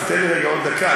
תן לי רגע, עוד דקה.